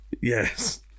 yes